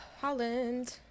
holland